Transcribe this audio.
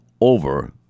over